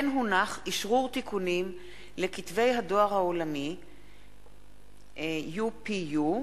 אשרור תיקונים לכתבי הדואר העולמיים UPU,